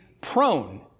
prone